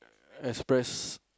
express